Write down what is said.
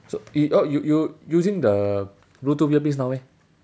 so you oh you you using the bluetooth earpiece now meh